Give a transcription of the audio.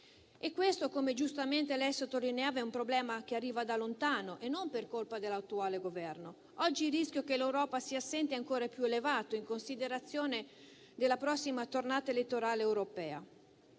E questo, come giustamente lei sottolineava, è un problema che arriva da lontano e non per colpa dell'attuale Governo. Oggi il rischio che l'Europa sia assente è ancora più elevato in considerazione della prossima tornata elettorale europea